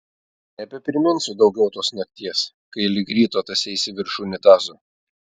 nebepriminsiu daugiau tos nakties kai lig ryto tąseisi virš unitazo